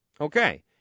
okay